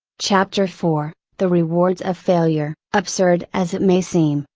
chapter four the rewards of failure absurd as it may seem,